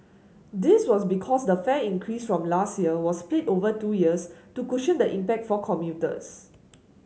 this was because the fare increase from last year was split over two years to cushion the impact for commuters